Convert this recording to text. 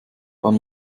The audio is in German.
kann